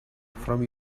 from